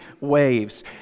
waves